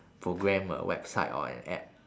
program a website or an app